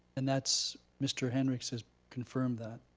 and that's, mr. henricks has confirmed that.